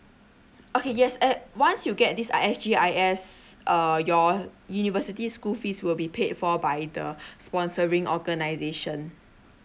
okay yes add once you get this S_G_I_S uh your university school fees will be paid for by the sponsoring organisation